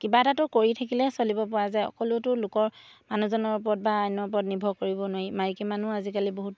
কিবা এটাতো কৰি থাকিলেহে চলিব পৰা যায় অকলতো লোকৰ মানুহজনৰ ওপৰত বা অন্য ওপৰত নিৰ্ভৰ কৰিব নোৱাৰি মাইকী মানুহ আজিকালি বহুত